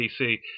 PC